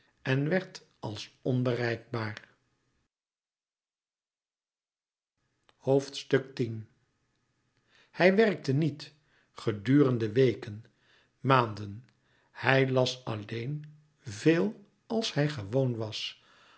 en werd als onbereikbaar louis couperus metamorfoze hij werkte niet gedurende weken maanden hij las alleen veel als hij gewoon was